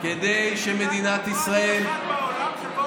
זו הדמוקרטיה היחידה בעולם שבה הרוב כול-יכול.